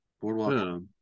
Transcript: Boardwalk